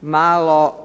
malo